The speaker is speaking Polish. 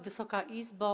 Wysoka Izbo!